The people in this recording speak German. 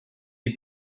die